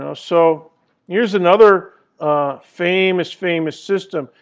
ah so here's another famous, famous system.